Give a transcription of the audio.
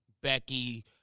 Becky